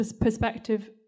perspective